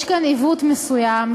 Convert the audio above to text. יש כאן עיוות מסוים,